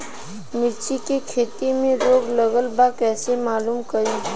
मिर्ची के खेती में रोग लगल बा कईसे मालूम करि?